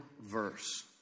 verse